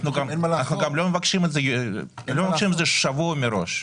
אנחנו גם לא מבקשים את זה שבוע מראש.